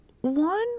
one